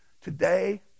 Today